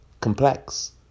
complex